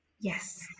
Yes